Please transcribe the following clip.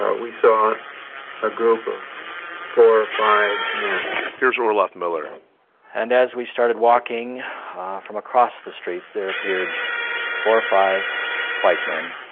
we saw a group of four or five men here's orloff miller and as we started walking from across the street, there appeared four or five white men.